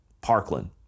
Parkland